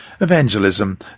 Evangelism